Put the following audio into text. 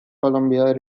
columbia